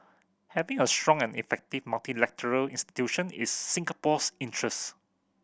having a strong and effective multilateral institution is Singapore's interest